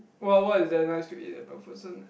what what is there nice to eat at MacPherson